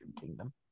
Kingdom